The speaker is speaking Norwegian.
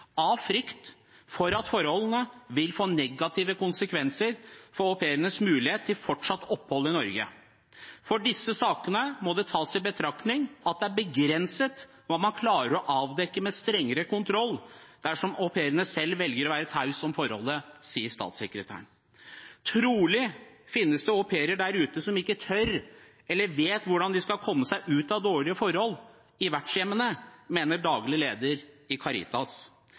for at forholdet vil få negative konsekvenser for au pairens muligheter til fortsatt opphold i Norge . For disse sakene må det tas i betraktning at det er begrenset hva man kan klare å avdekke med strengere kontroller dersom au pairen selv velger å være taus om forholdet». Videre i artikkelen står det: «Trolig finnes det au pairer der ute som ikke tør eller vet hvordan de skal komme seg ut av dårlige forhold i vertshjemmene, mener